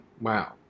Wow